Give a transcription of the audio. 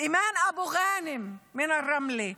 אימאן אבו גאנם מרמלה,